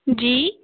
जी